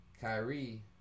Kyrie